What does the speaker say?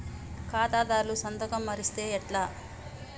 ఖాతాదారుల సంతకం మరిస్తే ఎట్లా?